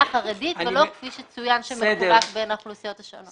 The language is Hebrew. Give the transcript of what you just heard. החרדית ולא כפי שצוין שהכסף מחולק בין האוכלוסיות השונות.